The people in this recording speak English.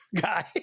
guy